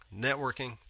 networking